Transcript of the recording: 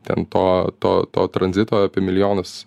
ten to to to tranzito apie milijonas